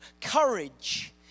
courage